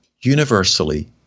universally